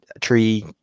tree